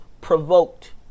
provoked